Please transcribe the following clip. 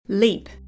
Leap